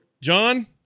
John